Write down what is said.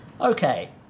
Okay